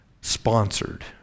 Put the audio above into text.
sponsored